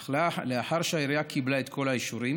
אך לאחר שהעירייה קיבלה את כל האישורים